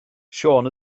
siôn